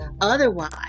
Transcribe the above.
otherwise